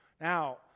Now